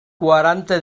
quaranta